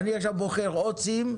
אני עכשיו בוחר או צים,